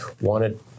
wanted